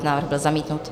Návrh byl zamítnut.